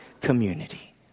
community